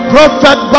Prophet